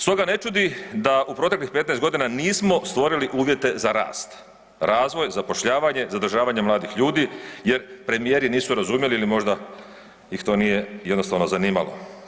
Stoga ne čudi da u proteklih 15 godina nismo stvorili uvjete za rast, razvoj, zapošljavanje, zadržavanje mladih ljudi jer premijeri nisu razumjeli ili možda ih to nije jednostavno zanimalo.